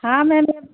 हाँ मैम यह